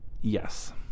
Yes